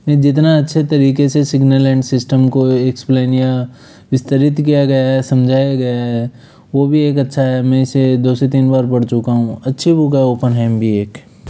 जितना अच्छे तरीके से सिग्नल एन्ड सिस्टम को एक्सप्लेन या विस्तरित किया गया है समझाया गया है वह भी एक अच्छा है मैं इसे दो से तीन बार पढ़ चुका हूँ अच्छी बुक है ओपनहेम भी एक